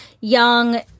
young